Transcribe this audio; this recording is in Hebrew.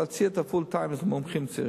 אי-אפשר עכשיו לתקן ולהגיד: הכול,